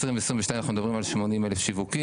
ב-2022 אנחנו מדברים על 80 אלף שיווקים,